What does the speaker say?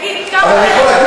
תגיד כמה עולה,